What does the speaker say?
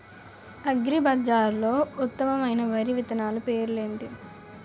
అగ్రిబజార్లో ఉత్తమమైన వరి విత్తనాలు పేర్లు ఏంటి?